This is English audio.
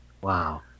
Wow